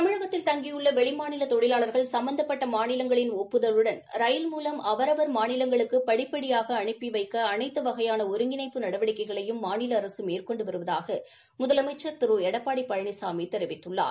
தமிழகத்தில் தங்கியுள்ள வெளி மாநில தொழிலாளா்கள் சம்பந்தப்பட்ட மாநிலங்களின் ஒப்புதலுடன் ரயில் மூலம் அவரவர் மாநிலங்களுக்கு படிப்படியாக அனுப்பி அவைக்க அனைத்து வகையான ஒருங்கிணைப்பு நடவடிக்கைகளையும் மாநில அரசு மேற்கொண்டு வருவதாக முதலமைச்ச் திரு எடப்பாடி பழனிசாமி தெரிவித்துள்ளார்